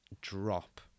drop